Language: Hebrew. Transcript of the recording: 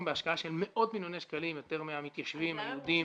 בהשקעה של מאות מיליוני שקלים יותר מהמתיישבים היהודים